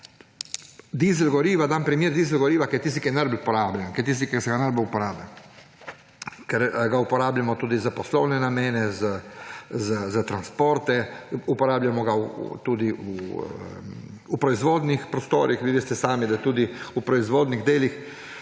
Dam primer dizelskega goriva, ker je tisto, ki se ga najbolj uporablja, uporabljamo ga tudi za poslovne namene, za transporte, uporabljamo ga tudi v proizvodnih prostorih. Vi sami veste, da ga tudi v proizvodnih delih